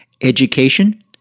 education